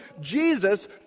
Jesus